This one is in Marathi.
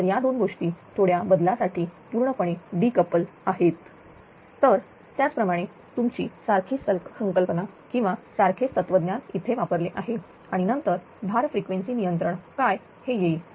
तर या दोन गोष्टी थोड्या बदलासाठी पूर्णपणे डीकपल आहेत तर त्याच प्रमाणे तुमची सारखीच संकल्पना किंवा सारखेच तत्वज्ञान इथे वापरले आहे आणि नंतर भार फ्रिक्वेन्सी नियंत्रण काय हे येईल